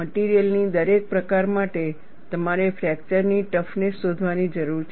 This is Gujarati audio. મટિરિયલ ની દરેક પ્રકાર માટે તમારે ફ્રેકચર ની ટફનેસ શોધવાની જરૂર છે